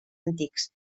antics